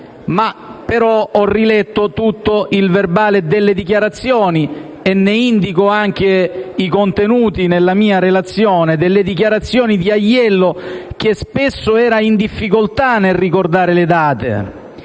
Però ho riletto tutto il verbale delle dichiarazioni - e ne indico anche i contenuti nella mia relazione - di Aiello che spesso era in difficoltà nel ricordare le date.